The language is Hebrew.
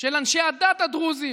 של אנשי הדת הדרוזים,